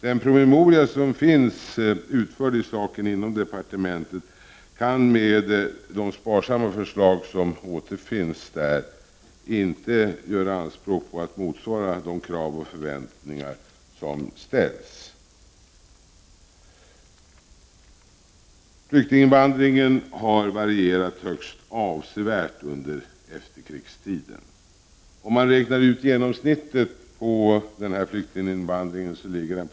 Den promemoria som har utarbetats i saken inom departementet kan, med de sparsamma förslag som återfinns däri, inte göra anspråk på att motsvara de krav och förväntningar som ställs. Flyktinginvandringen har varierat högst avsevärt under efterkrigstiden. Genomsnittligt uppgår den till 4000 personer per år.